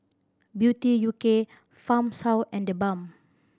Beauty U K Farmshouse and TheBalm